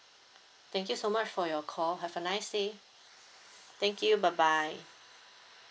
thank you so much for your call have a nice day thank you bye bye